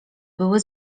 były